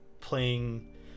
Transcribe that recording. playing